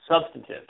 substantive